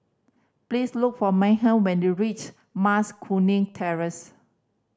please look for Meghann when you reach Mas Kuning Terrace